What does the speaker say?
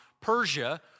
Persia